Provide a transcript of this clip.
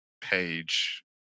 page